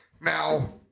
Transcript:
now